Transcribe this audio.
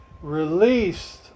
released